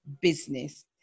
business